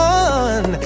one